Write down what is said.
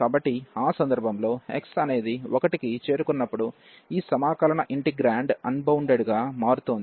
కాబట్టి ఆ సందర్భంలో x అనేది 1 కి చేరుకున్నప్పుడు ఈ ఇంటిగ్రల్ ఇంటెగ్రాండ్ అన్బౌండెడ్ గా మారుతోంది